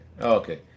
okay